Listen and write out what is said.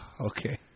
okay